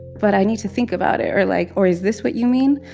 but i need to think about it, or like, or is this what you mean,